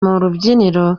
rubyiniro